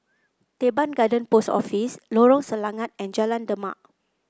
Teban Garden Post Office Lorong Selangat and Jalan Demak